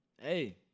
hey